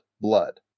blood